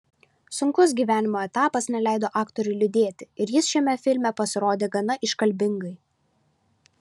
sunkus gyvenimo etapas neleido aktoriui liūdėti ir jis šiame filme pasirodė gana iškalbingai